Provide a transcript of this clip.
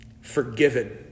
Forgiven